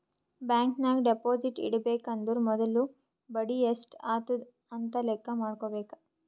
bank ನಾಗ್ deposit ಇಡಬೇಕ ಅಂದುರ್ ಮೊದುಲ ಬಡಿ ಎಸ್ಟ್ ಆತುದ್ ಅಂತ್ ಲೆಕ್ಕಾ ಮಾಡ್ಕೋಬೇಕ